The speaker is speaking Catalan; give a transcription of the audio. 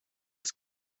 els